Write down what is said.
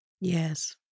Yes